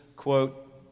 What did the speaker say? Quote